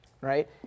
right